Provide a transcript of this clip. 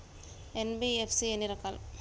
NBFC ఎన్ని రకాలు?